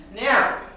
Now